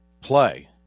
play